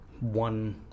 one